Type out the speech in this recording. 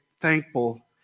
thankful